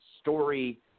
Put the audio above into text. story